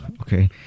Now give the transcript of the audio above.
Okay